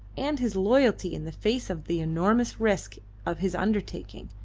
and his loyalty in the face of the enormous risk of his undertaking,